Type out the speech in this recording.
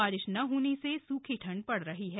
बारिश न होने से सूखी ठंड पड़ रही है